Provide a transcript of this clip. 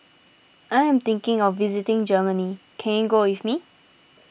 I am thinking of visiting Germany can you go with me